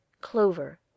CLOVER